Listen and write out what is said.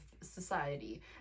society